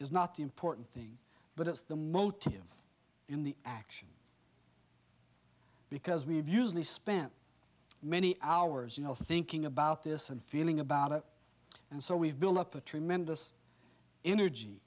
is not the important thing but it's the motive in the action because we've usually spent many hours you know thinking about this and feeling about it and so we've built up a tremendous energy